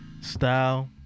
style